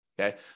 okay